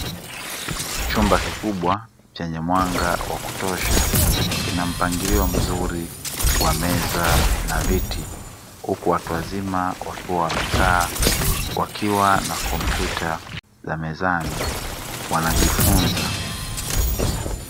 Chumba kikubwa chenye mwanga wa kutosha kina mpangilio mzuri wa meza na viti, huku watu wazima wakiwa wamekaa wakiwa na kompyuta za mezani wanajifunza.